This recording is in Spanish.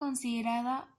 considerada